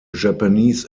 japanese